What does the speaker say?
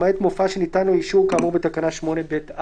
למעט מופע שניתן לו אישור כאמור בתקנה 8(ב)(4)".